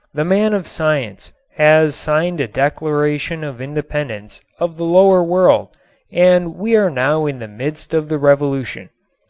the man of science has signed a declaration of independence of the lower world and we are now in the midst of the revolution.